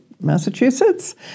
Massachusetts